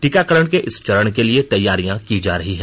टीकाकरण के इस चरण के लिए तैयारियां की जा रही हैं